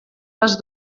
les